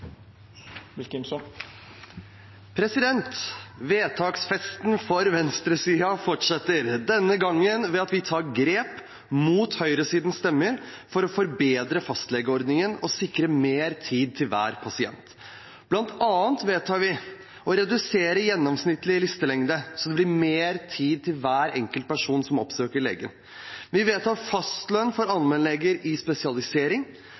raskt. Vedtaksfesten for venstresiden fortsetter, denne gangen ved at vi tar grep mot høyresidens stemmer, for å forbedre fastlegeordningen og sikre mer tid til hver pasient. Vi vedtar bl.a. å redusere gjennomsnittlig listelengde, så det blir mer tid til hver enkelt person som oppsøker legen. Vi vedtar fastlønn for allmennleger innen spesialisering,